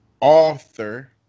author